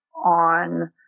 on